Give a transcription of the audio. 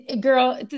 girl